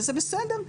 וזה בסדר,